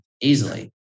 easily